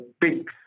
big